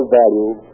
value